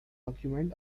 document